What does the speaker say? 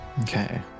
Okay